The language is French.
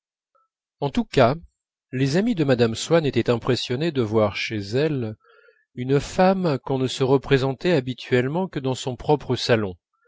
en tous cas les amies de mme swann étaient impressionnées de voir chez elle une femme qu'on ne se représentait habituellement que dans son propre salon